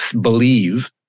believe